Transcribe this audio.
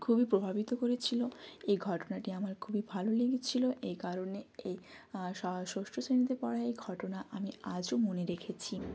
খুবই প্রভাবিত করেছিলো এই ঘটনাটি আমার খুবই ভালো লেগেছিলো এই কারণে এই ষষ্ঠ শ্রেণিতে পড়া এই ঘটনা আমি আজও মনে রেখেছি